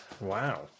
Wow